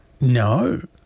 No